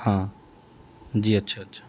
ہاں جی اچھا اچھا